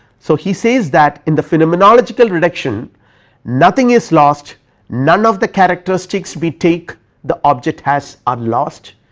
so he says that in the phenomenological reduction nothing is lost none of the characteristics we take the object has are lost,